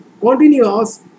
Continuous